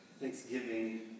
thanksgiving